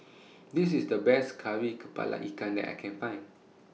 This IS The Best Kari Kepala Ikan that I Can Find